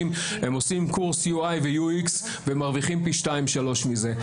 הם עושים קורס UI ו-UX ומרוויחים פי שתיים-שלוש מזה.